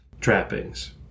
trappings